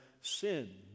sin